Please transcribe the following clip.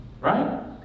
Right